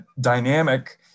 dynamic